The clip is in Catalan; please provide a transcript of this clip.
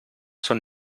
son